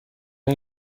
این